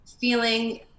feeling